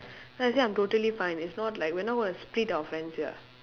then I say I'm totally fine it's not like we are not gonna split our friends here